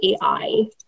AI